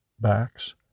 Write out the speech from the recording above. backs